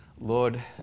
Lord